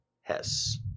Hess